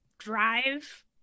drive